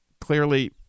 clearly